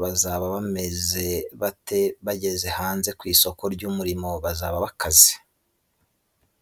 bazaba bameze bate bageze hanze kwisoko ry,umurimo bazaba bakaze.